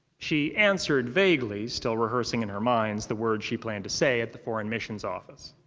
she answered vaguely, still rehearsing in her mind the words she planned to say at the foreign missions office.